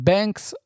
Banks